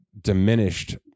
diminished